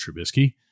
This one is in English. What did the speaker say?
Trubisky